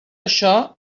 això